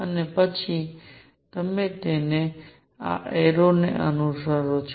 અને પછી તમે તેમને આ એરો અનુસાર ભરો છો